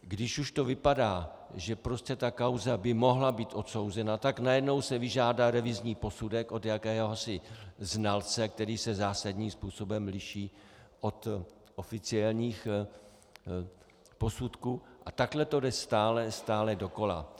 Když už to vypadá, že prostě ta kauza by mohla být odsouzena, tak najednou se vyžádá revizní posudek od jakéhosi znalce, který se zásadním způsobem liší od oficiálních posudků, a takhle to jde stále dokola.